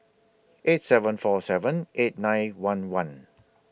eight seven four seven eight nine one one